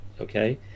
Okay